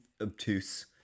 obtuse